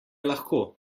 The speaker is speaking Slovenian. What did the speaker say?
lahko